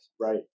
Right